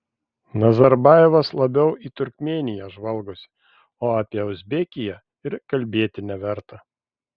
nazarbajevas labiau į turkmėniją žvalgosi o apie uzbekiją ir kalbėti neverta